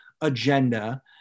agenda